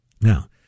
Now